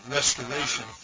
Restoration